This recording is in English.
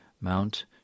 Mount